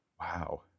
wow